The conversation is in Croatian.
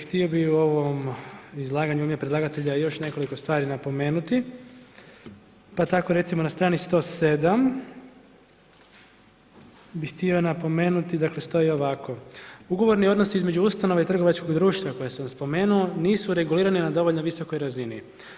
Htio bi u ovom izlaganju u ime predlagatelja još nekoliko stvari napomenuti, pa tako recimo na strani 107 bi htio napomenuti, dakle stoji ovako, ugovorni odnosi između ustanove i trgovačkog društva koje sam spomenuo, nisu regulirani na dovoljno visokoj razini.